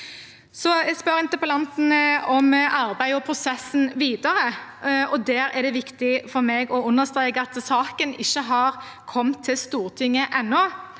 spør om arbeidet og prosessen videre. Der er det viktig for meg å understreke at saken ikke har kommet til Stortinget ennå,